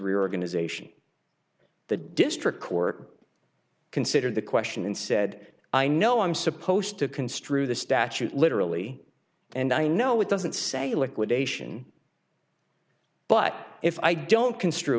reorganization the district court considered the question and said i know i'm supposed to construe the statute literally and i know it doesn't say liquidation but if i don't construe